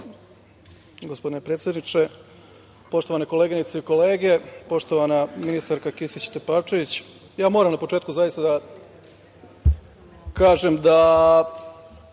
gospodine predsedniče. Poštovane koleginice i kolege, poštovana ministarka Kisić Tepavčević, ja moram na početku zaista da kažem da